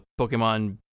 Pokemon